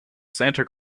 santa